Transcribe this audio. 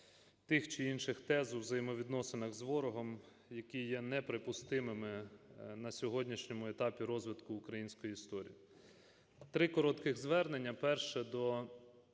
тих чи інших тез у взаємовідносинах з ворогом, які є неприпустимими на сьогоднішньому етапі розвитку української історії. Три короткі звернення.